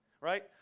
right